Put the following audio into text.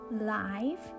live